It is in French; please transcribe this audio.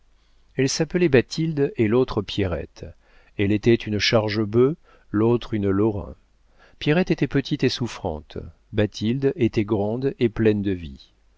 elle s'appelait bathilde et l'autre pierrette elle était une chargebœuf l'autre une lorrain pierrette était petite et souffrante bathilde était grande et pleine de vie